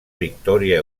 victòria